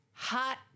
Hot